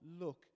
look